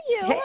Hey